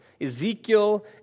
Ezekiel